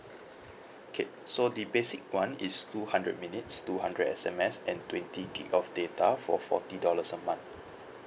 okay so the basic one is two hundred minutes two hundred S_M_S and twenty gig of data for forty dollars a month